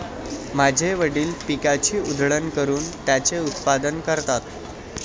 माझे वडील पिकाची उधळण करून त्याचे उत्पादन करतात